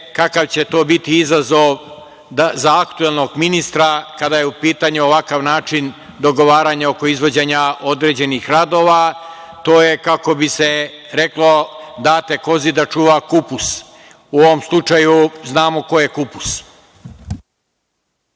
kakav će to biti izazov za aktuelnog ministra kada je u pitanju ovakav način dogovaranja oko izvođenja određenih radova. To je kako bi se reklo – date kozi da čuva kupus, u ovom slučaju znamo ko je kupus.